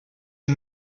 the